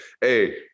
Hey